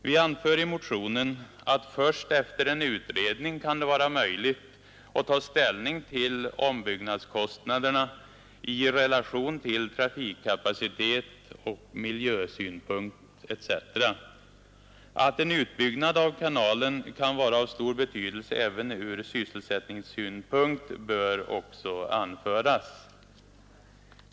Vi anför i motionen att först efter en utredning kan det vara möjligt att ta ställning till ombyggnadskostnaderna i relation till trafikkapacitet och miljösynpunkt etc. Att en utbyggnad av kanalen kan vara av stor betydelse även ur sysselsättningssynpunkt bör också anföras.